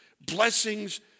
blessings